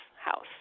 House